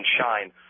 shine